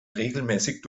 regelmäßig